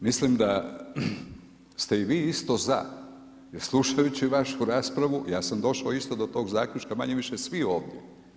Mislim da ste i vi isto za, jer slušajući vašu raspravu ja sam došao isto do tog zaključka, manje-više svi ovdje.